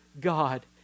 God